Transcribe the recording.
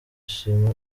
shima